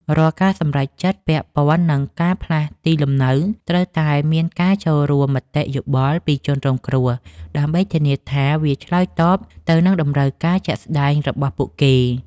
រាល់ការសម្រេចចិត្តពាក់ព័ន្ធនឹងការផ្លាស់ទីលំនៅត្រូវតែមានការចូលរួមមតិយោបល់ពីជនរងគ្រោះ ដើម្បីធានាថាវាឆ្លើយតបទៅនឹងតម្រូវការជាក់ស្តែងរបស់ពួកគេ។